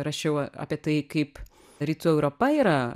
rašiau apie tai kaip rytų europa yra